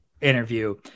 interview